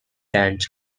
ranch